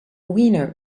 winner